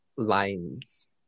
lines